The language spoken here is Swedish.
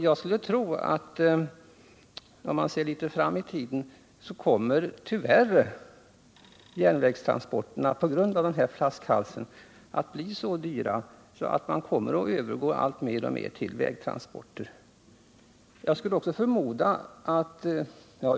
Jag skulle tro att om vi ser litet framåt i tiden kommer tyvärr järnvägstransporterna på grund av den här flaskhalsen att bli så dyra att man alltmer övergår till vägtransporter.